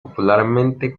popularmente